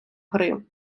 гри